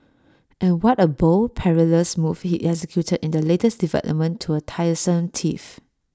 and what A bold perilous move he executed in the latest development to A tiresome tiff